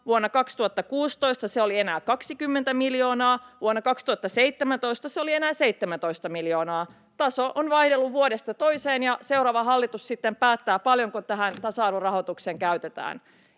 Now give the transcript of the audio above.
vuonna 2016 se oli enää 20 miljoonaa, vuonna 2017 se oli enää 17 miljoonaa. Taso on vaihdellut vuodesta toiseen, ja seuraava hallitus sitten päättää, paljonko tähän tasa-arvorahoitukseen käytetään.